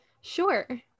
sure